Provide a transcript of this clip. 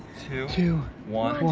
two, one.